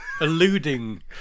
alluding